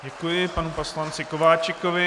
Děkuji panu poslanci Kováčikovi.